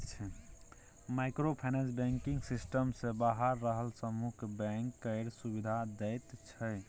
micro finance banking system सँ बाहर रहल समुह केँ बैंक केर सुविधा दैत छै